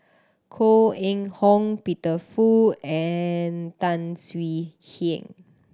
Koh Eng Hoon Peter Fu and Tan Swie Hian